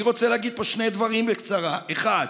אני רוצה להגיד פה שני דברים בקצרה: אחד,